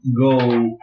go